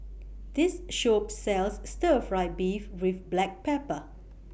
This Shop sells Stir Fry Beef with Black Pepper